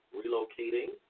relocating